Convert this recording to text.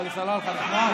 עלי סלאלחה נכנס?